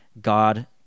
God